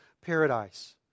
paradise